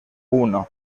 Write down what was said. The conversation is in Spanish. uno